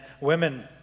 women